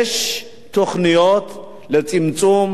יש תוכניות לצמצום,